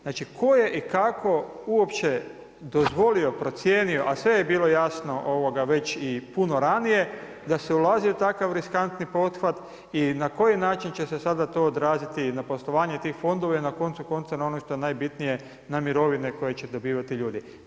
Znači tko je i kako uopće dozvolio, procijenio, a sve je bilo jasno, već i puno ranije, da se ulazi u takav riskantni pothvat i na koji način će se to sada odraziti na poslovanje tih fondova i na koncu konca, na ono što je najbitnije, na mirovine koje će dobivati ljudi.